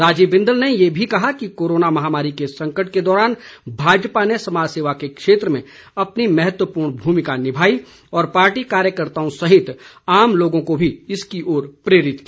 राजीव बिंदल ने ये भी कहा कि कोरोना महामारी के संकट के दौरान भाजपा ने समाज सेवा के क्षेत्र में अपनी महत्वपूर्ण भूमिका निभाई और पार्टी कार्यकर्ताओं सहित आम लोगों को भी इसकी ओर प्रेरित किया